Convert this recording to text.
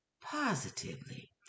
positively